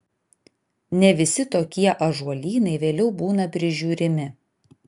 ne visi tokie ąžuolynai vėliau būna prižiūrimi